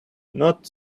not